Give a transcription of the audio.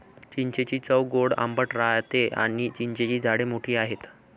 चिंचेची चव गोड आंबट राहते आणी चिंचेची झाडे मोठी आहेत